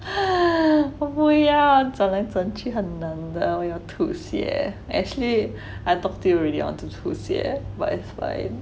我不要转来转去很难的我要吐血 actually I talk to you already 我要吐血 but it's fine